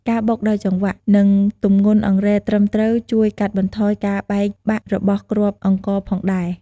ការបុកដោយចង្វាក់ និងទម្ងន់អង្រែត្រឹមត្រូវជួយកាត់បន្ថយការបាក់បែករបស់គ្រាប់អង្ករផងដែរ។